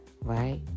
right